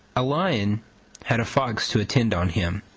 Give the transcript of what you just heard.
a lion had a fox to attend on him,